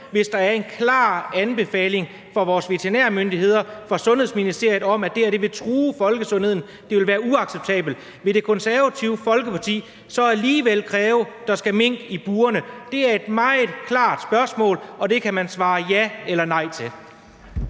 hvis der er en klar advarsel fra vores veterinærmyndigheder og fra Sundhedsministeriet om, at det vil true folkesundheden, og at det vil være uacceptabelt? Vil Det Konservative Folkeparti så alligevel kræve, at der skal mink i burene? Det er et meget klart spørgsmål, og det kan man svare ja eller nej til.